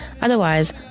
Otherwise